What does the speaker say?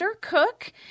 Cook